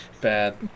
bad